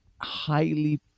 highly